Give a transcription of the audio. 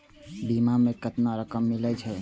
बीमा में केतना रकम मिले छै?